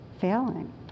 failing